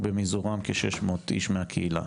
ובמיזורם כ-600 איש מהקהילה.